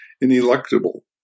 ineluctable